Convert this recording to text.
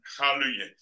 Hallelujah